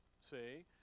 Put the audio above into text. See